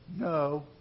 No